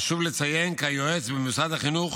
חשוב לציין כי היועץ במוסד החינוך